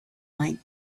might